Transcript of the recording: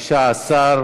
התשע"ז 2017,